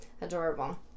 adorable